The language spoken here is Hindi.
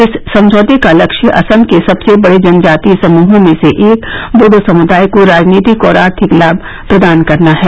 इस समझौते का लक्ष्य असम के सबसे बड़े जनजातीय समूहों में से एक बोडो समूदाय को राजनीतिक और आर्थिक लाभ प्रदान करना है